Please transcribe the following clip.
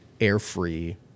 air-free